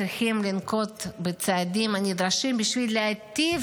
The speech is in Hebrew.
צריכים לנקוט את הצעדים הנדרשים בשביל להיטיב